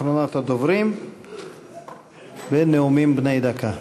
אחרונת הדוברים בנאומים בני דקה.